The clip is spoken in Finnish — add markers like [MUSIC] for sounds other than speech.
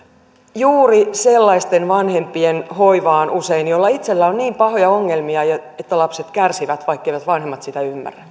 juuri sellaisten vanhempien hoivaan joilla itsellään on niin pahoja ongelmia että lapset kärsivät vaikkeivät vanhemmat sitä ymmärrä [UNINTELLIGIBLE]